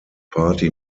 party